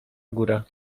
góra